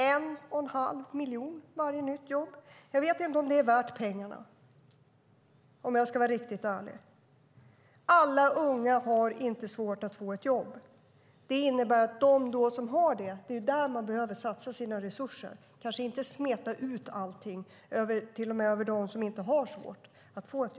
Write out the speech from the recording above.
En och en halv miljon för varje nytt jobb - jag vet inte om det är värt pengarna, om jag ska vara riktigt ärlig. Alla unga har inte svårt att få jobb. Det innebär att man behöver satsa sina resurser på dem som har svårt att få jobb, och kanske inte smeta ut allting till och med över dem som inte har svårt att få jobb.